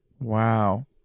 Wow